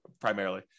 primarily